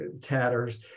tatters